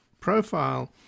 profile